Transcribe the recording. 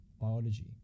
Biology